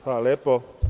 Hvala lepo.